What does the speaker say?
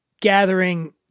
gathering